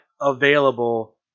available